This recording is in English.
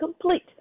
complete